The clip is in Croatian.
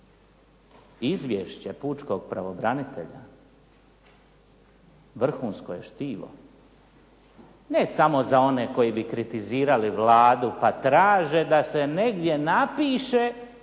izvješće pučkog pravobranitelja vrhunsko je štivo ne samo za one koji bi kritizirali Vladu pa traže da se negdje napiše